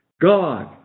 God